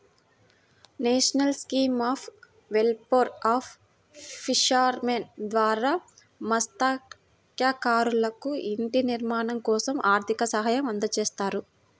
national scheme of welfare of fishermen ద్వారా మత్స్యకారులకు ఇంటి నిర్మాణం కోసం ఆర్థిక సహాయం అందిస్తారు